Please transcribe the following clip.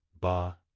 Ba